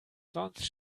sonst